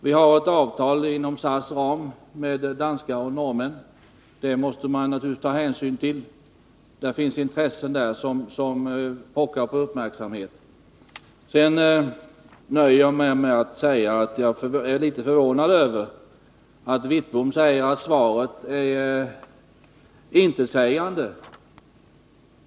Vi har inom SAS ram ett avtal med danskar och norrmän. Det måste man naturligtvis ta hänsyn till. Där finns intressen som pockar på uppmärksamhet. Sedan nöjer jag mig med att säga att jag är litet förvånad över att Bengt Wittbom säger att svaret är intetsägande.